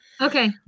Okay